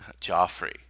Joffrey